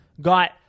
got